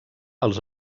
els